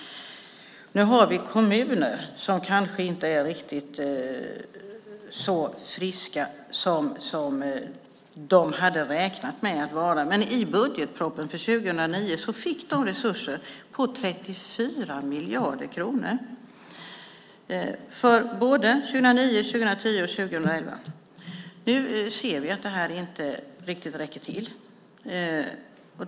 Vi har kommuner som kanske inte är riktigt så friska som de hade räknat med att vara, men i budgetpropositionen för 2009 fick de resurser på 34 miljarder kronor, för både 2009, 2010 och 2011. Nu ser vi att det här inte riktigt räcker till.